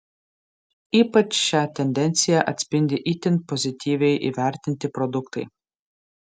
ypač šią tendenciją atspindi itin pozityviai įvertinti produktai